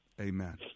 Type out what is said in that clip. Amen